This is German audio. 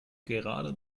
gerade